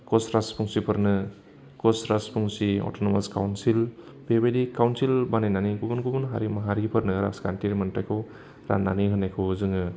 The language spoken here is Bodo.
कस राजबंसिफोरनो कस राजबंसि अट'नमास काउन्सिल बेबायदि काउन्सिल बानायनानै गुबुन गुबुन हारि माहारिफोरनो राजखान्थियारि मोन्थायखौ राननानै होनायखौ जोङो